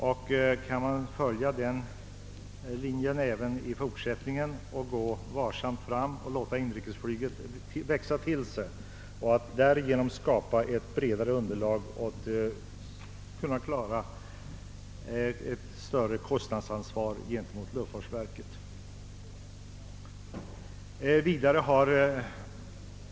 Man får försöka följa denna linje även i fortsättningen och gå varsamt fram samt låta inrikesflyget växa till sig. Därigenom kan man skapa ett bredare underlag, vilket i sin tur medför att man kan bära ett större kostnadsansvar gentemot luftfartsverket.